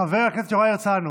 חבר הכנסת יוראי הרצנו,